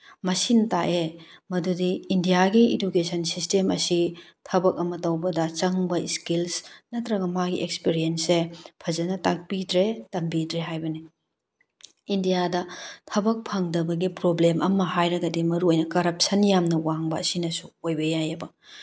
ꯃꯁꯤꯅ ꯇꯥꯛꯑꯦ ꯃꯗꯨꯗꯤ ꯏꯟꯗꯤꯌꯥꯒꯤ ꯏꯗꯨꯀꯦꯁꯟ ꯁꯤꯁꯇꯦꯝ ꯑꯁꯤ ꯊꯕꯛ ꯑꯃ ꯇꯧꯕꯗ ꯆꯪꯕ ꯏꯁꯀꯤꯜꯁ ꯅꯠꯇ꯭ꯔꯒ ꯃꯥꯒꯤ ꯑꯦꯛꯁꯄꯔꯤꯌꯦꯟꯁꯁꯦ ꯐꯖꯅ ꯇꯥꯛꯄꯤꯗ꯭ꯔꯦ ꯇꯝꯕꯤꯗ꯭ꯔꯦ ꯍꯥꯏꯕꯅꯤ ꯏꯟꯗꯤꯌꯥꯗ ꯊꯕꯛ ꯐꯪꯗꯕꯒꯤ ꯄ꯭ꯔꯣꯕ꯭ꯂꯦꯝ ꯑꯃ ꯍꯥꯏꯔꯒꯗꯤ ꯃꯔꯨꯑꯣꯏꯅ ꯀꯔꯞꯁꯟ ꯌꯥꯝꯅ ꯋꯥꯡꯕ ꯑꯁꯤꯅꯁꯨ ꯑꯣꯏꯕ ꯌꯥꯏꯌꯦꯕ